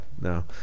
No